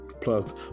plus